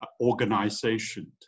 organization